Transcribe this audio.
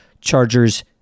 Chargers